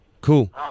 Cool